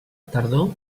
tardor